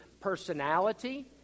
personality